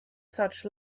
such